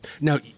Now